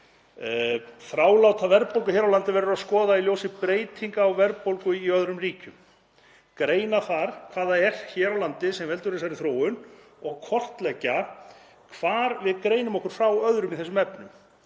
Þráláta verðbólgu hér á landi verður að skoða í ljósi breytinga á verðbólgu í öðrum ríkjum. Greina þarf hvað það er hér á landi sem veldur þessari þróun og kortleggja hvar við greinum okkur frá öðrum í þessum efnum.